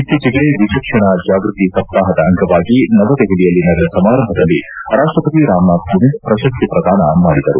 ಇತ್ತೀಚೆಗೆ ವಿಚಕ್ಷಣ ಜಾಗೃತಿ ಸಪ್ತಾಹದ ಅಂಗವಾಗಿ ನವದೆಹಲಿಯಲ್ಲಿ ನಡೆದ ಸಮಾರಂಭದಲ್ಲಿ ರಾಷ್ಟಪತಿ ರಾಮ್ನಾಥ್ ಕೋವಿಂದ್ ಪ್ರಶಸ್ತಿ ಪ್ರದಾನ ಮಾಡಿದರು